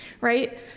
right